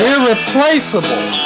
Irreplaceable